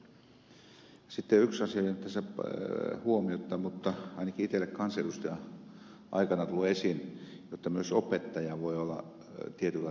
sitten yksi asia tässä ainakin itselle kansanedustaja aikana on tullut esiin jotta myös opettaja voi olla tietyllä tavalla kiusaaja